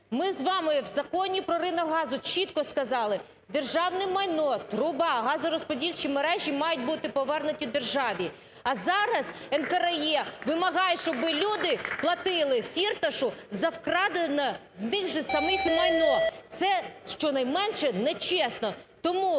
Ми з вами в Законі про ринок газу чітко сказали державне майно – труба, газорозподільчі мережі – мають бути повернуті державі. А зараз НКРЕ вимагає, щоби люди платити Фірташу за вкрадене в них же самих майно. Це щонайменше нечесно.